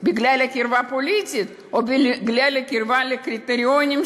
בגלל קרבה פוליטית או בגלל קרבה לקריטריונים,